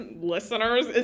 Listeners